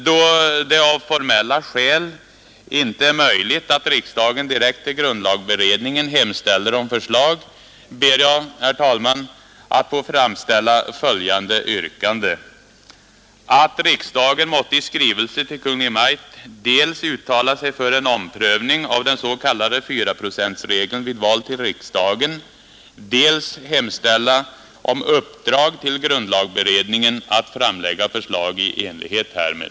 Då det av formella skäl inte är möjligt att riksdagen direkt till grundlagberedningen hemställer om förslag, ber jag att få framställa följande yrkande: att riksdagen måtte i skrivelse till Kungl. Maj:t dels uttala sig för en omprövning av den s.k. fyraprocentregeln vid val till riksdagen, dels hemställa om uppdrag till grundlagberedningen att framlägga förslag i enlighet härmed.